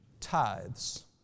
tithes